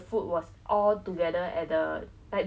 was so terrified you know by like